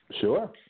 Sure